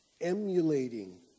emulating